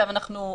אנחנו,